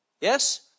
Yes